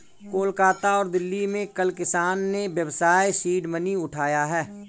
कोलकाता और दिल्ली में कल किसान ने व्यवसाय सीड मनी उठाया है